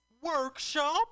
workshop